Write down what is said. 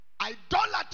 Idolatry